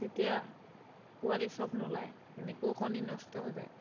তেতিয়া পোৱালী চব নোলায় তেনেকেও কণী নষ্ট হৈ যায়